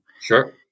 Sure